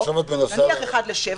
נניח 7:1,